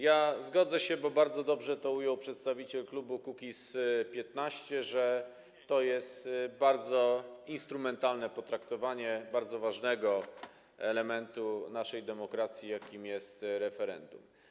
Ja zgodzę się z opinią, bo bardzo dobrze to ujął przedstawiciel klubu Kukiz’15, że to jest bardzo instrumentalne potraktowanie bardzo ważnego elementu naszej demokracji, jakim jest referendum.